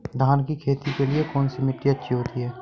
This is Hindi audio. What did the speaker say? धान की खेती के लिए कौनसी मिट्टी अच्छी होती है?